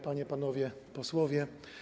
Panie i Panowie Posłowie!